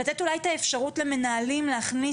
לתת אולי את האפשרות למנהלים להכניס